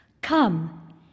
Come